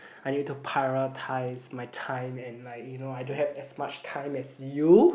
I need to prioritise my time and like you know I don't have as much time as you